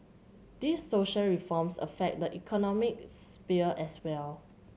these social reforms affect the economic as well